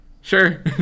Sure